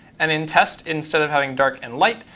and in test, instead of having dark and light,